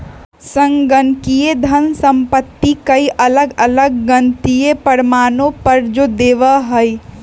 संगणकीय धन संपत्ति कई अलग अलग गणितीय प्रमाणों पर जो देवा हई